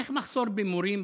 איך מחסור במורים,